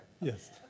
Yes